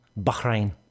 Bahrain